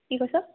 কি কৈছ